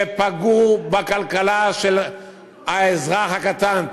שפגעו בכלכלה של האזרח הקטן,